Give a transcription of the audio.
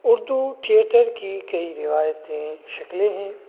Urdu theatre کی کئی روایتیں شکلیں ہیں